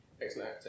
Excellent